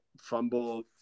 fumble